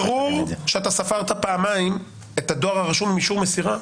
ברור שאתה ספרת פעמיים את הדואר הרשום עם אישור מסירה,